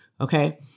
Okay